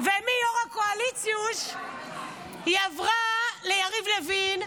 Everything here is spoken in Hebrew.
ומיו"ר הקואליציוש היא עברה ליריב לוין.